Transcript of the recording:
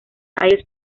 aires